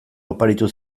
oparitu